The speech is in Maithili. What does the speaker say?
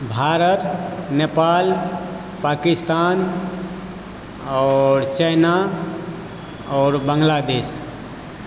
भारत नेपाल पाकिस्तान आओर चाइना आओर बांग्लादेश